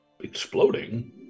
exploding